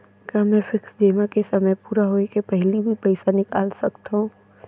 का मैं फिक्स जेमा के समय पूरा होय के पहिली भी पइसा निकाल सकथव?